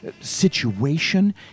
situation